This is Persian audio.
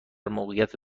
موقعیت